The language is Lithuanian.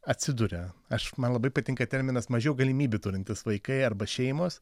atsiduria aš man labai patinka terminas mažiau galimybių turintys vaikai arba šeimos